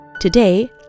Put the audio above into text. Today